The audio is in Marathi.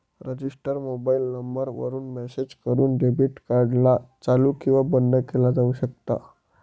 रजिस्टर मोबाईल नंबर वरून मेसेज करून डेबिट कार्ड ला चालू किंवा बंद केलं जाऊ शकता